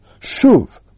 Shuv